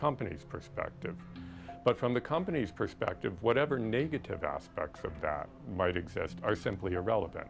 company's perspective but from the company's perspective whatever negative aspects of that might exist are simply irrelevant